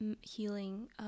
healing